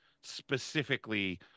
specifically